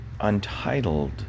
untitled